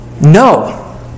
No